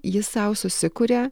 jis sau susikuria